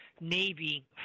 Navy